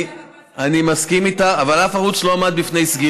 75% פוטרו